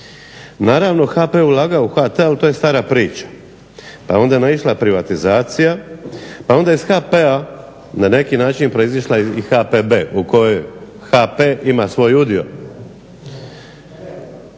Naravno, HP je ulagao u HT ali to je stara priča, pa je onda naišla privatizacija, pa je onda iz HP-a na neki način proizišla i HPB u kojoj HP ima svoj udio.